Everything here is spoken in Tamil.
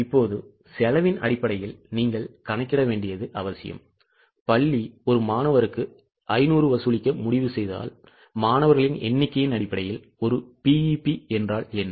இப்போது செலவின் அடிப்படையில் நீங்கள் கணக்கிட வேண்டியது அவசியம் பள்ளி ஒரு மாணவருக்கு 500 வசூலிக்க முடிவு செய்தால் மாணவர்களின் எண்ணிக்கையின் அடிப்படையில் ஒரு BEP என்றால் என்ன